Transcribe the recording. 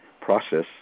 process